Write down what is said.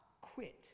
quit